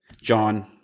John